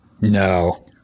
no